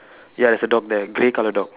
ya there's a dog there grey colour dog